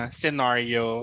scenario